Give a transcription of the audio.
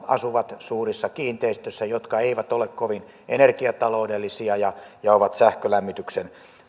asuvat suurissa kiinteistöissä jotka eivät ole kovin energiataloudellisia ja ja ovat sähkölämmityksen